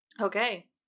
Okay